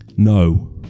No